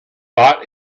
bought